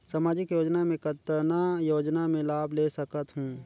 समाजिक योजना मे कतना योजना मे लाभ ले सकत हूं?